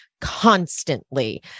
constantly